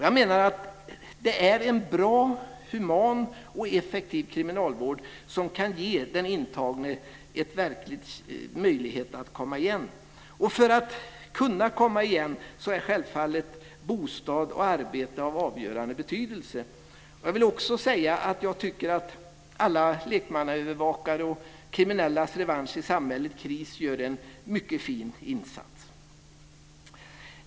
Jag menar att det är en bra, human och effektiv kriminalvård som kan ge den intagne en verklig möjlighet att komma igen. För att man ska kunna komma igen är självfallet bostad och arbete av avgörande betydelse. Jag vill också säga att jag tycker att alla lekmannaövervakare och Kriminellas revansch i samhället, KRIS, gör en mycket fin insats.